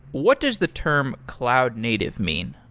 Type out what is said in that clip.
what does the term cloud native mean?